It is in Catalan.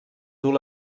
dur